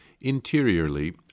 Interiorly